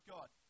God